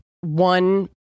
one